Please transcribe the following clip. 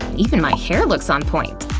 even my hair looks on point.